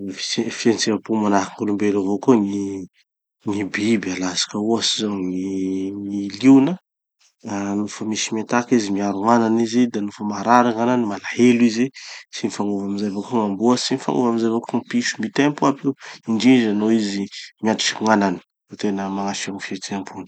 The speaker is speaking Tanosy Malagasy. Misy fi- fihetseham-po manahaky gn'olombelo avao koa gny biby. Alatsika ohatsy zao gny gny liona. Ah nofa misy mi-attaque izy, miaro gn'anany izy, da nofa maharary gn'anany, malahelo izy. Tsy mifagnova amizay avao koa gn'amboa. Tsy mifagnova amizay avao koa gny piso. Mitempo aby io. Indrindra no izy miatriky gn'anany da tena magnaseho gny fihetseham-pony.